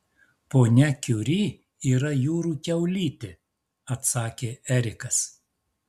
ponia kiuri yra jūrų kiaulytė atsakė erikas